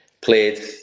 played